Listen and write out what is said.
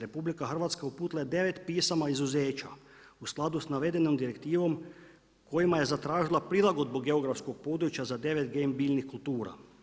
RH uputila je 9 pisama izuzeća u skladu sa navedenom direktivom kojima je zatražila prilagodnu geografskog područja za 9 GMO biljnih kultura.